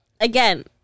Again